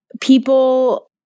people